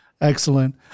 excellent